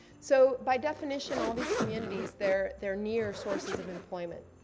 so by definition, all these communities, they're they're near sources of employment.